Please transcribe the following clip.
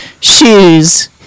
shoes